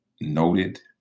noted